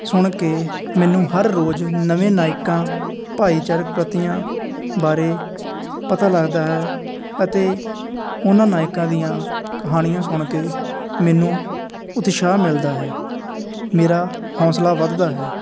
ਸੁਣ ਕੇ ਮੈਨੂੰ ਹਰ ਰੋਜ਼ ਨਵੇਂ ਨਾਇਕਾਂ ਭਾਈਚਾਰਕ ਪ੍ਰਤੀਆਂ ਬਾਰੇ ਪਤਾ ਲੱਗਦਾ ਹੈ ਅਤੇ ਉਹਨਾਂ ਨਾਇਕਾਂ ਦੀਆਂ ਕਹਾਣੀਆਂ ਸੁਣ ਕੇ ਮੈਨੂੰ ਉਤਸ਼ਾਹ ਮਿਲਦਾ ਹੈ ਮੇਰਾ ਹੌਸਲਾ ਵੱਧਦਾ ਹੈ